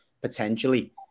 potentially